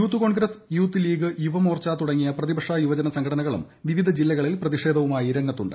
youth Congress youth league Yuva Morcha തുടങ്ങിയ പ്രതിപക്ഷ യുവജന സംഘടനകളും വിവിധ ജില്ലകളിൽ പ്രതിഷേധവുമായി രംഗത്തുണ്ട്